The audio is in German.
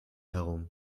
herum